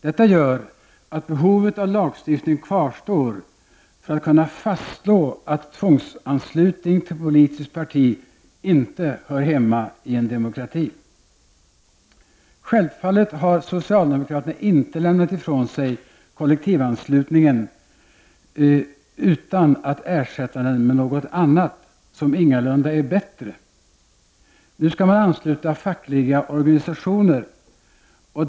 Detta gör att behovet av lagstiftning kvarstår för att det skall kunna fastslås att tvångsanslutning till politiskt parti inte hör hemma i en demokrati. Självfallet har socialdemokraterna inte lämnat ifrån sig kollektivanslutningen utan att ersätta den med något annat, som ingalunda är bättre. Nu skall man ansluta fackliga organisationer.